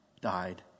died